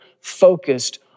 focused